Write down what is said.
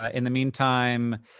ah in the meantime,